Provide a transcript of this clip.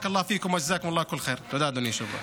שיברך אתכם האל בכל טוב.) תודה, אדוני היושב-ראש.